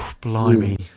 blimey